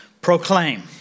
proclaim